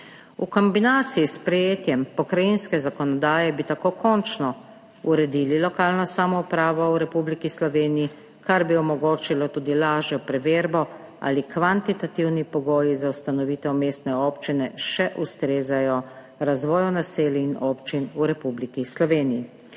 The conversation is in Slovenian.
V kombinaciji s sprejetjem pokrajinske zakonodaje bi tako končno uredili lokalno samoupravo v Republiki Sloveniji, kar bi omogočilo tudi lažjo preverbo, ali kvantitativni pogoji za ustanovitev mestne občine še ustrezajo razvoju naselij in občin v Republiki Sloveniji.